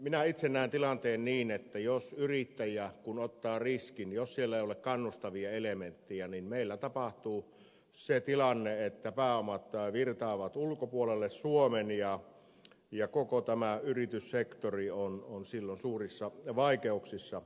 minä itse näen tilanteen niin että kun yrittäjä ottaa riskin niin jos siellä ei ole kannustavia elementtejä meillä tapahtuu se tilanne että pääomat virtaavat ulkopuolelle suomen ja koko yrityssektori on silloin suurissa vaikeuksissa